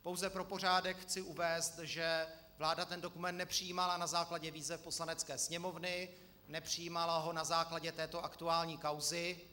Pouze pro pořádek chci uvést, že vláda ten dokument nepřijímala na základě výzev Poslanecké sněmovny, nepřijímala ho na základě této aktuální kauzy.